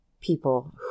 people